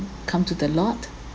come to the lord